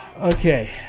Okay